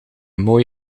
mooi